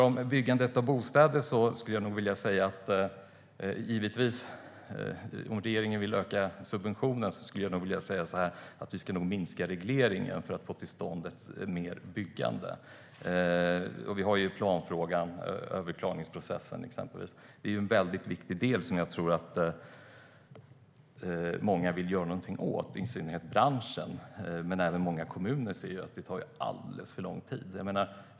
Om regeringen vill öka subventionerna för byggande av bostäder bör man i så fall minska regleringen för att få till stånd ett ökat byggande. Som exempel kan nämnas planfrågan och överklagningsprocessen. Det är en väldigt viktig del som många nog vill göra någonting åt. Det gäller i synnerhet branschen, men även många kommuner tycker att det tar alldeles för lång tid.